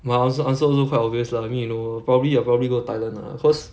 my an~ answer also quite obvious lah I mean you know probably ah probably go thailand lah cause